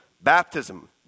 baptism